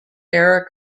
era